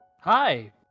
Hi